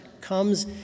comes